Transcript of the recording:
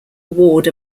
award